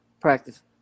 practice